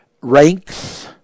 ranks